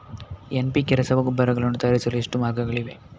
NPK ರಸಗೊಬ್ಬರಗಳನ್ನು ತಯಾರಿಸಲು ಎಷ್ಟು ಮಾರ್ಗಗಳಿವೆ?